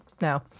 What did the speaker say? no